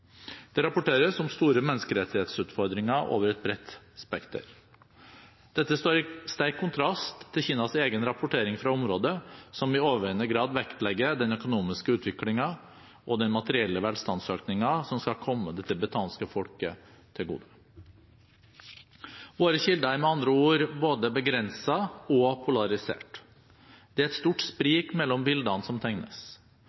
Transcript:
Det rapporteres om store menneskerettighetsutfordringer over et bredt spekter. Dette står i sterk kontrast til Kinas egen rapportering fra området, som i overveiende grad vektlegger den økonomiske utviklingen og den materielle velstandsøkningen som skal komme det tibetanske folket til gode. Våre kilder er med andre ord både begrensede og polariserte. Det er et stort